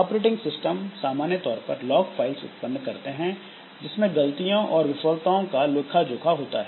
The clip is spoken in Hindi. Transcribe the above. ऑपरेटिंग सिस्टम सामान्य तौर पर लॉग फाइल्स उत्पन्न करते हैं जिसमें गलतियों और विफलताओं का लेखा जोखा होता है